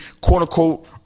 quote-unquote